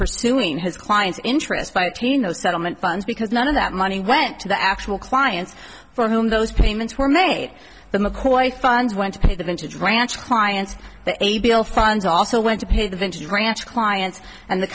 pursuing his client's interests by taking those settlement funds because none of that money went to the actual client for whom those payments were made the mccoys funds went to pay the pensions ranch clients the a b l funds also went to pay the vintage ranch clients and the